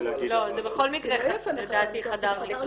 לא זה בכל מקרה לדעתי חדר ניתוח.